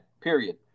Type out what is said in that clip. period